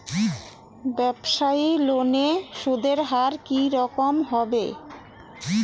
ব্যবসায়ী লোনে সুদের হার কি রকম হবে?